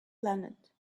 planet